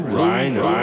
Rhino